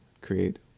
create